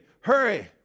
hurry